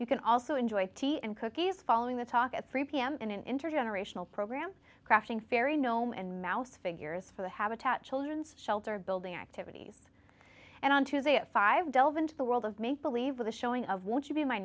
you can also enjoy tea and cookies following the talk at three pm in an intergenerational program crafting fairy gnome and mouse figures for the habitat children's shelter building activities and on tuesday at five delve into the world of me believe with a showing of would you be my